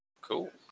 Cool